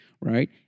right